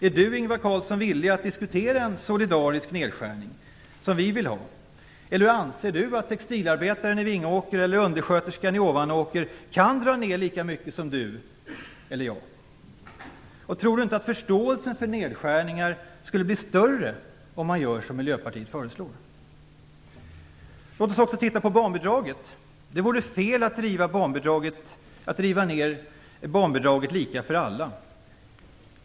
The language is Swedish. Är Ingvar Carlsson villig att diskutera en solidarisk nedskärning, som vi vill ha, eller anser han att textilarbetaren i Vingåker eller undersköterskan i Ovanåker kan dra ner lika mycket som Ingvar Carlsson och jag? Tror inte Ingvar Carlsson att förståelsen för nedskärningar skulle bli större om man gör som Låt oss också titta på barnbidraget. Det vore fel att minska barnbidraget lika för alla.